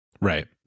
Right